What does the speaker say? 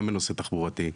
גם בנושא התחבורתי,